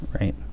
right